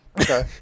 Okay